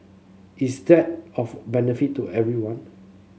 is that of benefit to everyone